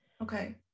Okay